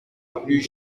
plus